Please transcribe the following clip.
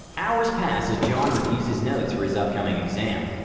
hours pass as john reviews his notes for his upcoming exam.